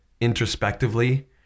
introspectively